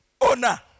owner